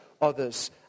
others